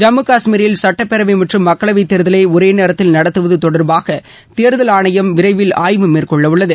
ஜம்மு கஷ்மீரில் சட்டப்பேரவை மற்றும் மக்களவைத் தேர்தலை ஒரே நேரத்தில் நடத்துவது தொடர்பாக தேர்தல் ஆணையம் விரைவில் ஆய்வு மேற்கொள்ளவுள்ளது